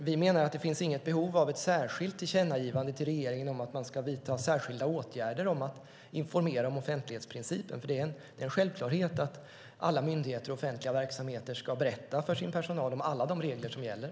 Vi menar att det inte finns något behov av ett särskilt tillkännagivande till regeringen om särskilda åtgärder för att informera om offentlighetsprincipen. Det är en självklarhet att alla myndigheter och offentliga verksamheter ska berätta för sin personal om alla de regler som gäller.